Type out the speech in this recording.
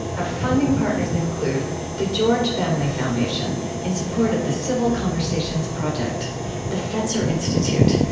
our funding partners include the george family foundation, in support of the civil conversations project the fetzer institute,